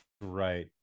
right